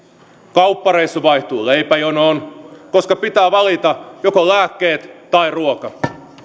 kauppareissu vaihtuu leipäjonoon koska pitää valita joko lääkkeet tai ruoka